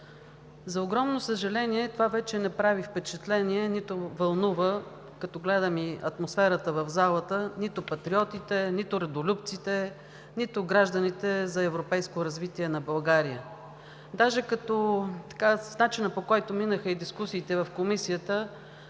За огромно съжаление, това вече не прави впечатление, нито вълнува, като гледам и атмосферата в залата – нито патриотите, нито родолюбците, нито гражданите за европейско развитие на България. Даже начинът, по който минаха дискусиите в Комисията